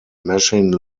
machine